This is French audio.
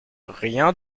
rien